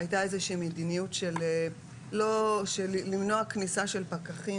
היתה איזו מדיניות של למנוע כניסה של פקחים